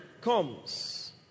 comes